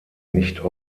nicht